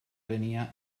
venia